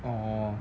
orh